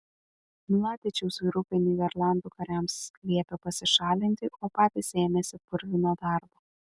mladičiaus vyrukai nyderlandų kariams liepė pasišalinti o patys ėmėsi purvino darbo